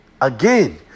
Again